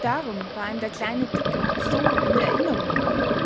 darum war ihm der kleine dicke so in der erinnerung geblieben